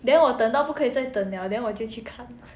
then 我等到不可以再等了 then 我就去看 lah